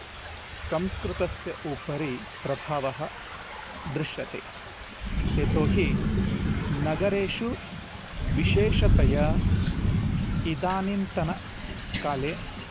संस्कृतस्य उपरि प्रभावः दृश्यते यतोऽहि नगरेषु विशेषतया इदानींतनकाले